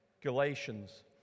Galatians